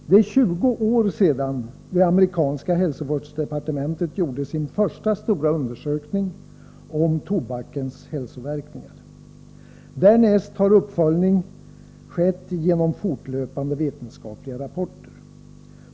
Det är 20 år sedan det — Nr 131 amerikanska hälsovårdsdepartementet gjorde sin första stora undersökning : å FR PA —— Torsdagen den om tobakens hälsoverkningar. Därnäst har uppföljning skett genom fortlö 26 april 1984 pande vetenskapliga rapporter.